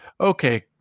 okay